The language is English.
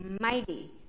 mighty